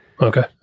Okay